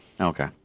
Okay